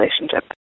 relationship